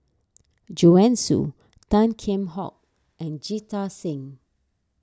Joanne Soo Tan Kheam Hock and Jita Singh